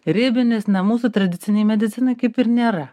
ribinis na mūsų tradicinėj medicinoj kaip ir nėra